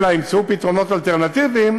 אלא ימצאו פתרונות אלטרנטיביים,